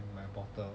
in my bottle